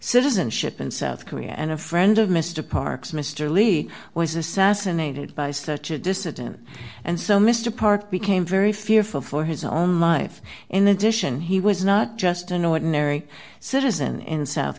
citizenship in south korea and a friend of mr parks mr lee was assassinated by such a dissident and so mr park became very fearful for his own life and addition he was not just an ordinary citizen in south